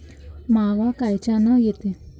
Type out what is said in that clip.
मावा कायच्यानं येते?